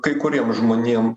kai kuriem žmonėm